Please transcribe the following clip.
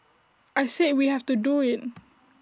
I said we have to do IT